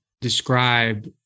describe